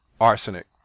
arsenic